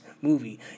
movie